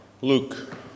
Luke